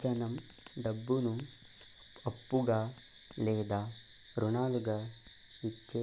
జనం డబ్బును అప్పుగా లేదా రుణాలుగా ఇచ్చే